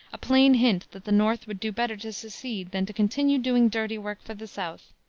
a plain hint that the north would do better to secede than to continue doing dirty work for the south,